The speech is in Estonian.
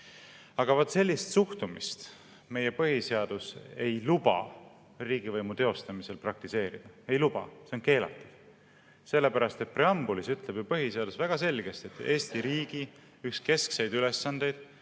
Aga vaat sellist suhtumist meie põhiseadus ei luba riigivõimu teostamisel praktiseerida. Ei luba, see on keelatud. Sellepärast, et preambulis ütleb põhiseadus väga selgelt, et Eesti riigi üks keskseid ülesandeid